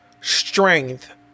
strength